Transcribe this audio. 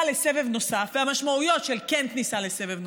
לסבב נוסף והמשמעויות של כניסה לסבב נוסף.